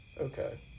Okay